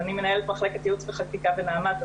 ואני מנהלת מחלקת ייעוץ וחקיקה בנעמת,